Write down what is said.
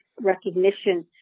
recognition